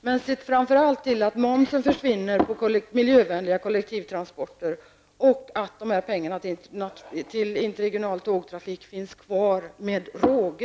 Men se framför allt till att momsen försvinner på miljövänliga kollektivtransporter och att pengarna till interregional tågtrafik finns kvar med råge,